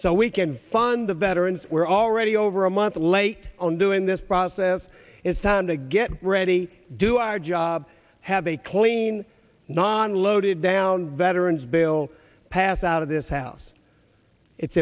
so we can fund the veterans were already over a month late on doing this process it's time to get ready do our job have a clean non loaded down veterans bill pass out of this house it's